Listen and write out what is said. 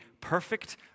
perfect